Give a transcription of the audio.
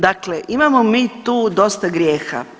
Dakle, imamo mi tu dosta grijeha.